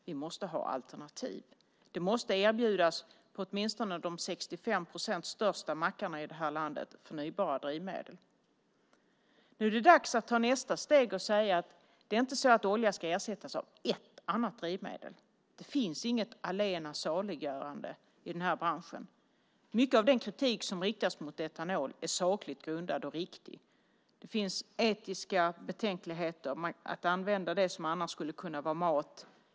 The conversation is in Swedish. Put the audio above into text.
Vi måste ha alternativ. Det måste erbjudas förnybara drivmedel på åtminstone de 65 procent största mackarna i det här landet. Nu är det dags att ta nästa steg och säga att det inte är så att olja ska ersättas av ett annat drivmedel. Det finns inget allena saliggörande i den här branschen. Mycket av den kritik som riktats mot etanol är sakligt grundad och riktig. Det finns etiska betänkligheter mot att använda det som annars skulle kunna vara mat.